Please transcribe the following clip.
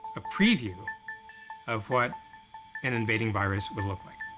a preview of what an invading virus would look like.